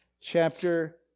chapter